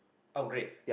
upgrade